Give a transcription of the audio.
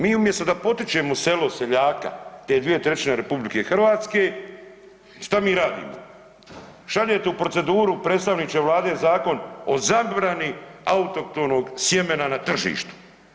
Mi umjesto da potičemo selo, seljaka te 2/3 RH šta mi radimo, šaljete u proceduru predstavniče Vlade Zakon o zabrani autohtonog sjemena na tržištu.